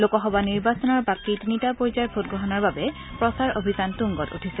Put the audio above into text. লোকসভা নিৰ্বাচনৰ বাকী তিনিটা পৰ্যায়ৰ ভোট গ্ৰহণৰ বাবে প্ৰচাৰ অভিযান তুংগত উঠিছে